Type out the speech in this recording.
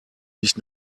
nicht